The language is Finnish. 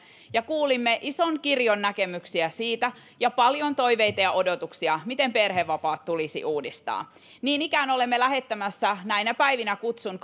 kuulimme ison kirjon näkemyksiä ja paljon toiveita ja odotuksia siitä miten perhevapaat tulisi uudistaa niin ikään olemme lähettämässä näinä päivinä kutsun